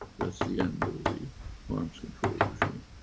that's the end of the arms control regime.